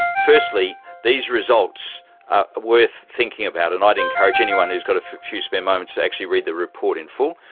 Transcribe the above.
firstly, these results are worth thinking about, and i'd encourage anyone who has got a few spare moments to actually read the report in full.